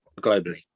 globally